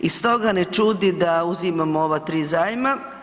I stoga ne čudi da uzimamo ova 3 zajma.